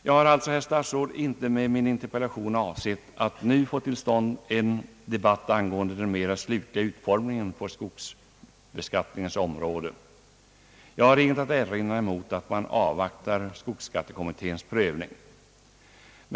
Jag har, herr statsråd, inte med min interpellation avsett att nu få till stånd en debatt angående den slutliga utformningen av skogsbeskattningen. Jag har inget att erinra mot att man avvaktar skogsskattekommitténs prövning.